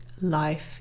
Life